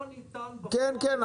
לא ניתן בפועל --- כן כן,